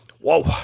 Whoa